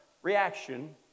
Reaction